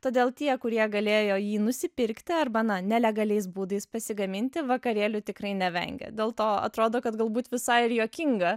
todėl tie kurie galėjo jį nusipirkti arba na nelegaliais būdais pasigaminti vakarėlių tikrai nevengė dėl to atrodo kad galbūt visai ir juokinga